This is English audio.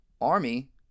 Army